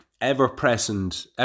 ever-present